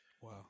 Wow